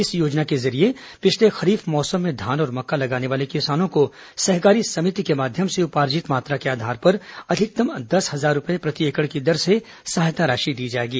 इस योजना के जरिए पिछले खरीफ मौसम में धान और मक्का लगाने वाले किसानों को सहकारी समिति के माध्यम से उपार्जित मात्रा के आधार पर अधिकतम दस हजार रूपए प्रति एकड़ की दर से सहायता राशि दी जाएगी